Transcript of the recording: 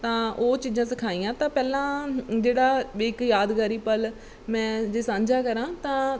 ਤਾਂ ਉਹ ਚੀਜ਼ਾਂ ਸਿਖਾਈਆਂ ਤਾਂ ਪਹਿਲਾਂ ਜਿਹੜਾ ਵੀ ਇੱਕ ਯਾਦਗਾਰੀ ਪਲ ਮੈਂ ਜੇ ਸਾਂਝਾ ਕਰਾਂ ਤਾਂ